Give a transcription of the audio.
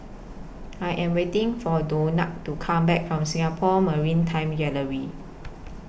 I Am waiting For Donat to Come Back from Singapore Maritime Gallery